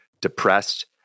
depressed